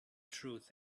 truth